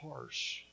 harsh